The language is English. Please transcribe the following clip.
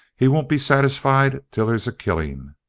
he won't be satisfied till there's a killing!